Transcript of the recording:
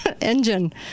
engine